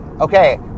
Okay